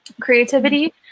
creativity